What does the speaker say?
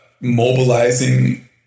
mobilizing